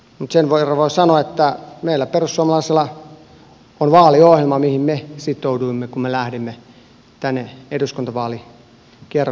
mutta sen verran voin sanoa että meillä perussuomalaisilla on vaaliohjelma johon me sitouduimme kun me lähdimme tänne eduskuntavaalikierrokselle mukaan